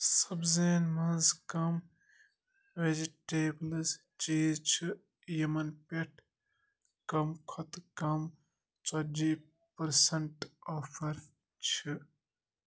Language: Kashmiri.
سبزِین ہٕنٛز کم ویجی ٹیبلٕز چیٖز چھِ یِمَن پٮ۪ٹھ کم کھوتہٕ کم ژَتجی پٔرسَنٹ آفر چھِ